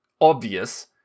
obvious